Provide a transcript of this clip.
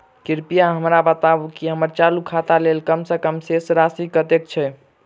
कृपया हमरा बताबू की हम्मर चालू खाता लेल कम सँ कम शेष राशि कतेक छै?